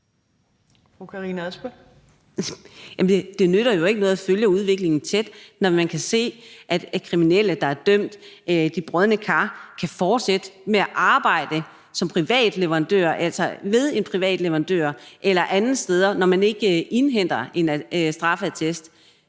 det nytter jo ikke noget at følge udviklingen tæt, når man kan se, at kriminelle, der er dømt, de brodne kar, kan fortsætte med at arbejde ved en privat leverandør eller andre steder, hvor der ikke indhentes en straffeattest.